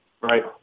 Right